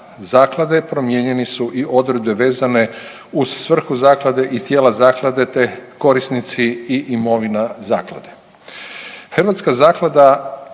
promijenjeni su u odredbe vezane uz svrhu zaklade i tijela zaklade te korisnici i imovina zaklada. Hrvatska zaklada